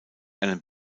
einen